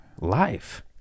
life